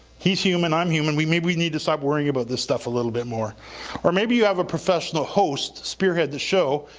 he's human, i'm human, maybe we need to stop worrying about this stuff a little bit more or maybe you have a professional host spearhead the show.